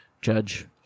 judge